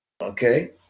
Okay